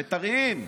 בית"ריים,